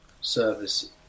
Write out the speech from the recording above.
service